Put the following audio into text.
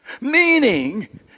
meaning